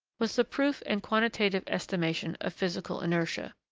was the proof and quantitative estimation of physical inertia.